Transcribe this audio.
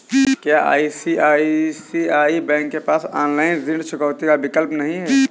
क्या ICICI bank के पास ऑनलाइन ऋण चुकौती का विकल्प नहीं है?